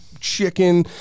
Chicken